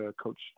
Coach